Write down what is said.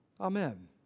Amen